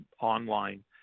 online